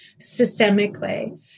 systemically